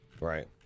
Right